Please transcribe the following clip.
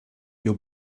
your